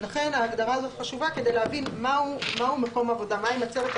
לכן ההגדרה הזאת חשובה כדי להבין מהו מקום העבודה,